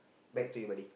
back to you buddy